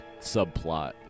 subplot